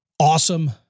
awesome